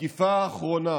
התקיפה האחרונה,